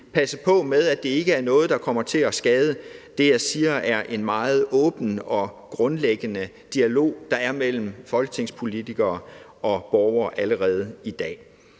passe på med, at det ikke er noget, der kommer til at skade det, som jeg siger er en meget åben og grundlæggende dialog, der er mellem folketingspolitikere og borgere allerede i dag.